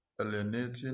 Alienating